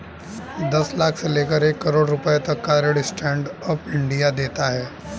दस लाख से लेकर एक करोङ रुपए तक का ऋण स्टैंड अप इंडिया देता है